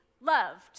loved